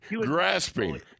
Grasping